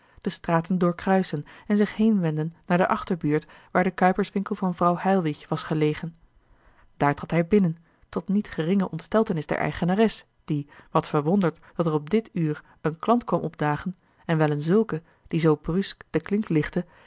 de straten doorkruisen en zich heenwenden naar de achterbuurt waar de kuiperswinkel van vrouw heilwich was gelegen daar trad hij binnen tot niet geringe ontsteltenis der eigenares die wat verwonderd dat er op dit uur een klant kwam opdagen en wel een zulke die zoo brusk de klink lichtte